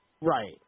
Right